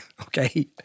Okay